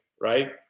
right